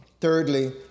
Thirdly